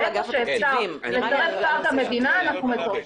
איפה שאפשר לצרף קרקע מדינה אנחנו מצרפים.